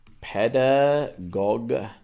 pedagog